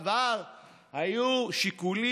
הוראה זו מהווה